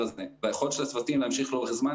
בהיעדר מדיניות כזו של המשרד,